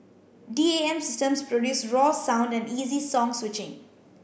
D A M systems produce raw sound and easy song switching